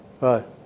Right